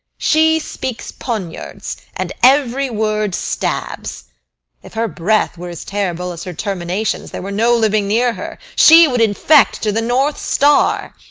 she speaks poniards, and every word stabs if her breath were as terrible as her terminations, there were no living near her she would infect to the north star.